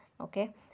okay